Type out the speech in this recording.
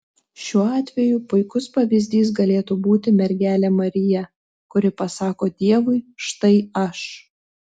šiuo atveju puikus pavyzdys galėtų būti mergelė marija kuri pasako dievui štai aš